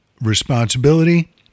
responsibility